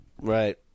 Right